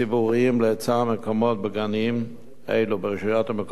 להיצע המקומות בגנים אלו ברשויות המקומיות,